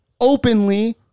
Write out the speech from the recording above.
openly